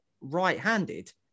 right-handed